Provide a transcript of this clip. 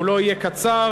והוא לא יהיה קצר,